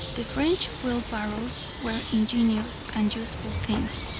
the french wheelbarrows were ingenious and useful things,